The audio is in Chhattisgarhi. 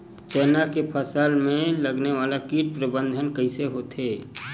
चना के फसल में लगने वाला कीट के प्रबंधन कइसे होथे?